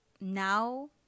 now